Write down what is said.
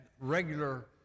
regular